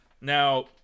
Now